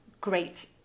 great